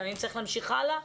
גם אם צריך להמשיך הלאה,